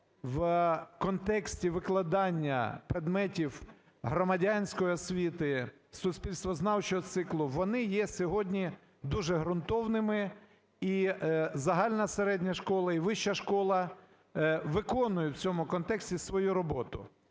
в контексті викладання предметів громадянської освіти, суспільствознавчого циклу, вони є сьогодні дуже ґрунтовними, і загальна середня школа, і вища школа виконують в цьому контексті свою роботу.